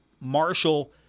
Marshall